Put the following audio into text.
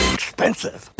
expensive